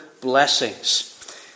blessings